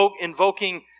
invoking